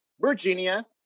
Virginia